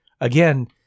again